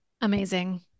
amazing